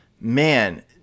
man